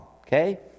okay